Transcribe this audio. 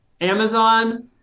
amazon